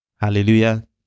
Hallelujah